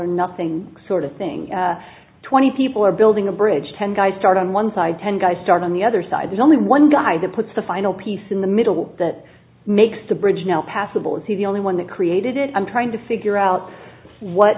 or nothing sort of thing twenty people or building a bridge ten guys start on one side ten guys start on the other side there's only one guy that puts the final piece in the middle that makes the bridge now passable is he the only one that created it i'm trying to figure out what